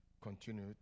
continue